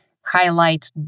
highlight